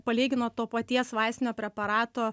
palygino to paties vaistinio preparato